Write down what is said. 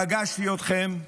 פגשתי אתכם.